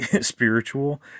spiritual